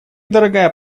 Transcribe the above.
дорогая